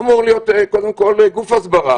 אמור להיות קודם כול גוף הסברה,